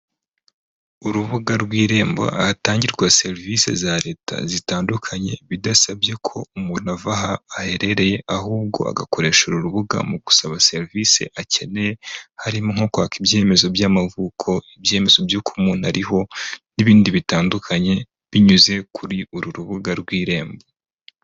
Urubuga rw'irembo ahatangirwa serivisi za leta zitandukanye, bidasabye ko umuntu ava aho aherereye, ahubwo agakoresha uru rubuga mu gusaba serivisi akeneye, harimo nko kwaka ibyemezo by'amavuko, ibyemezo by'uko umuntu ariho, n'ibindi bitandukanye, binyuze kuri uru rubuga rw'irembo.